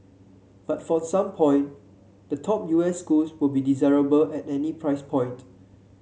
but for some point the top U S schools will be desirable at any price point